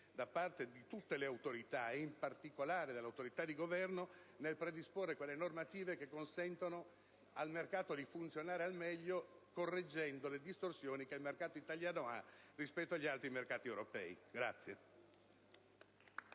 da parte di tutte le autorità, e in particolare dell'autorità di Governo, nel predisporre quelle normative che consentano al mercato di funzionare al meglio, correggendo le distorsioni che il mercato italiano presenta rispetto ai mercati europei.